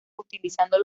utilizando